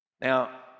now